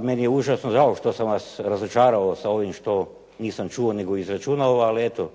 Meni je užasno drago što sam vas razočarao sa ovim što nisam čuo nego izračunao, ali eto.